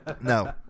No